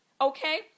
okay